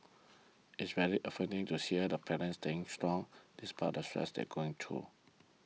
it's very affirming into hear the parents staying strong despite the stress they going through